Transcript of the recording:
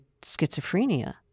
schizophrenia